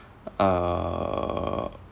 err